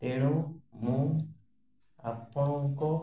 ତେଣୁ ମୁଁ ଆପଣଙ୍କ